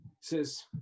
says